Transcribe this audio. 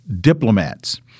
diplomats